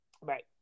right